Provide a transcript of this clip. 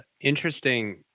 interesting